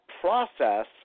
process